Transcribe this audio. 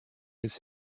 his